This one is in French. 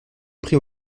pris